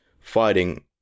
fighting